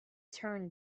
turn